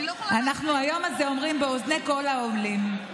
אנחנו היום הזה אומרים באוזני כל העמים,